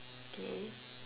okay